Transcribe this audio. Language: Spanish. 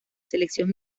selección